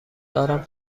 دارم